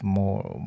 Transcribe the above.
more